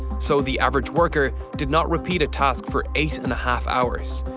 so, the average worker did not repeat a task for eight and a half hours.